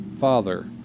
Father